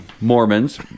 Mormons